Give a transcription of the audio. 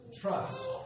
trust